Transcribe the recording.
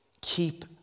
Keep